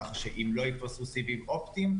כך שאם לא יתווספו סיבים אופטיים,